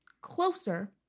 closer